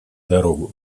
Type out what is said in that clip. дорогу